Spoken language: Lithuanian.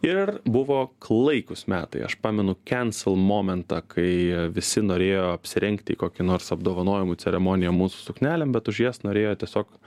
ir buvo klaikūs metai aš pamenu kencel momentą kai visi norėjo apsirengt į kokį nors apdovanojimų ceremoniją mūsų suknelėm bet už jas norėjo tiesiog